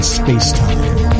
space-time